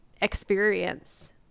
experience